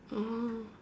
oh